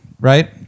right